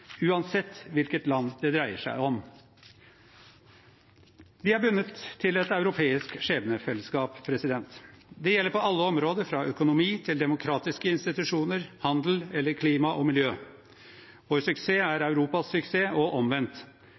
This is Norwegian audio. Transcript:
uansett hvilket land det dreier seg om. Vi er bundet til et europeisk skjebnefellesskap. Det gjelder på alle områder – fra økonomi til demokratiske institusjoner, handel eller klima og miljø. Vår suksess er Europas suksess – og omvendt.